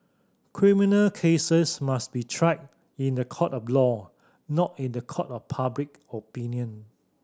criminal cases must be tried in the court of law not in the court of public opinion